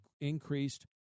increased